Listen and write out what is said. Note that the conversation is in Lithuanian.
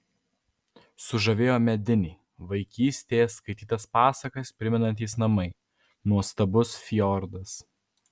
sužavėjo mediniai vaikystėje skaitytas pasakas primenantys namai nuostabus fjordas